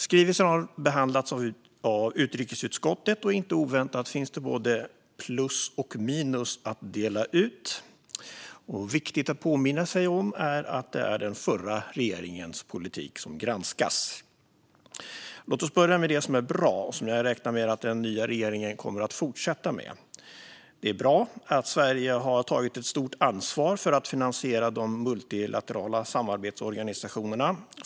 Skrivelsen har behandlats av utrikesutskottet, och inte oväntat finns såväl plus som minus att dela ut. Viktigt att påminna om är att det är den förra regeringens politik som granskas. Låt oss börja med det som är bra och som jag räknar med att den nya regeringen kommer att fortsätta med. Det är bra att Sverige har tagit ett stort ansvar för att finansiera de multilaterala samarbetsorganisationerna.